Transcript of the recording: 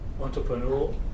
entrepreneur